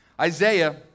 Isaiah